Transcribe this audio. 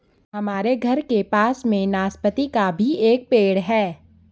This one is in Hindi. हमारे घर के पास में नाशपती का भी एक पेड़ है